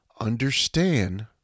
understand